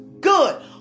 Good